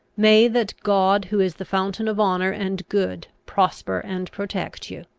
may that god who is the fountain of honour and good prosper and protect you!